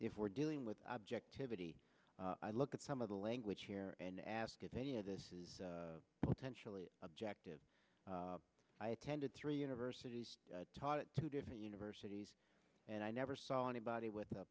if we're dealing with objectivity i look at some of the language here and ask if any of this is potentially objective i attended three universities taught at two different universities and i never saw anybody with